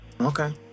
Okay